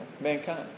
mankind